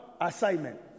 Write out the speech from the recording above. assignment